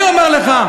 אני אומר לך.